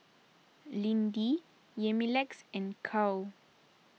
Lindy Yamilex and Karl